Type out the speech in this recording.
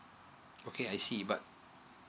okay I see but